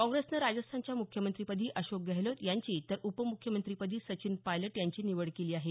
काँग्रेसनं राजस्थानच्या मुख्यमंत्रिपदी अशोक गहलोत यांची तर उपम्ख्यमंत्रीपदी सचिन पायलट यांची निवड केली आहे